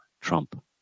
Trump